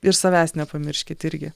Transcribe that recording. ir savęs nepamirškit irgi